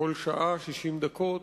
כל שעה 60 דקות.